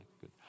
good